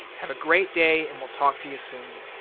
have a great day. and we'll talk to you soon.